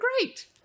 great